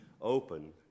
open